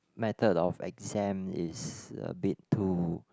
method of exam is a bit too